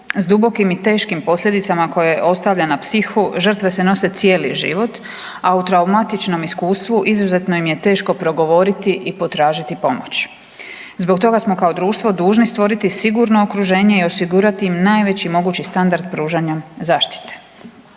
s dubokim i teškim posljedicama koje ostavlja na psihu žrtve se nose cijeli život, a u traumatičnom iskustvu izuzetno im je teško progovoriti i potražiti pomoć. Zbog toga smo kao društvo dužni stvoriti sigurno okruženje i osigurati im najveći mogući standard pružanja zaštite.